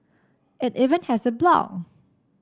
it even has a blog